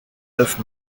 neuf